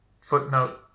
footnote